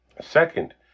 Second